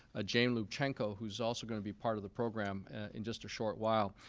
ah jane lubchenco, who is also going to be part of the program in just a short while.